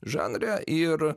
žanre ir